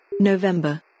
November